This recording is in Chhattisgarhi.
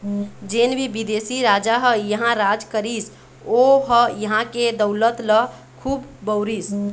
जेन भी बिदेशी राजा ह इहां राज करिस ओ ह इहां के दउलत ल खुब बउरिस